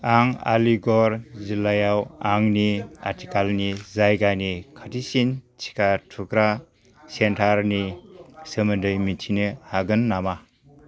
आं आलिगड़ जिल्लायाव आंनि आथिखालनि जायगानि खाथिसिन टिका थुग्रा सेन्टारनि सोमोन्दै मिथिनो हागोन नामा